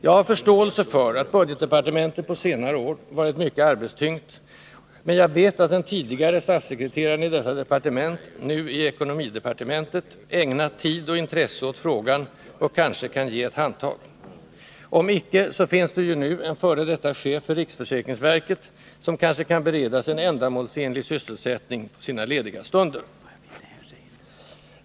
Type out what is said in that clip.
Jag har förståelse för att budgetdepartementet på senare år varit mycket arbetstyngt, men jag vet att den tidigare statssekreteraren i detta departement — nu i ekonomidepartementet — ägnat tid och intresse åt frågan och kanske kan ge ett handtag. Om icke, så finns det ju nu en f. d. chef för riksförsäkringsverket, som kanske kan beredas en ändamålsenlig sysselsättning på sina lediga stunder.